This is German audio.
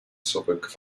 zurück